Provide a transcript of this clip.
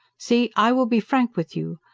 see, i will be frank with you.